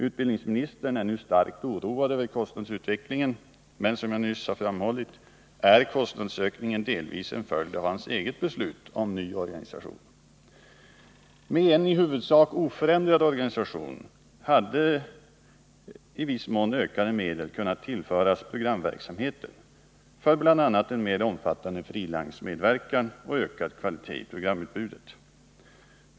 Utbildningsministern är nu starkt oroad över kostnadsutvecklingen, men som jag nyss har framhållit är kostnadsutvecklingen delvis en följd av hans eget beslut om en ny organisation. Med en i huvudsak oförändrad organisation hade i viss mån ökade medel kunnat tillföras programverksamheten för bl.a. en mer omfattande frilansmedverkan och en förbättring av kvaliteten på programutbudet.